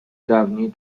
dawniej